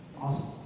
Awesome